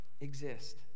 exist